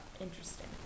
Interesting